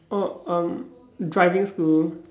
oh um driving school